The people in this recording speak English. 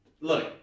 Look